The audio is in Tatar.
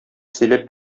сөйләп